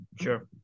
Sure